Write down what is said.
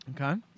okay